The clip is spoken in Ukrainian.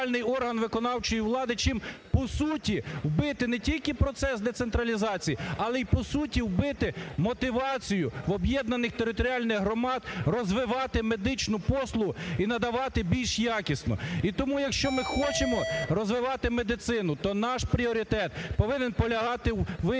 виконавчої влади. Чим по суті "вбити" не тільки процес децентралізації, але й по суті "вбити" мотивацію в об'єднаних територіальних громад розвивати медичну послугу і надавати більш якісну. І тому, якщо ми хочемо розвивати медицину, то наш пріоритет повинен полягати в первинній